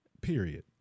Period